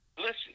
listen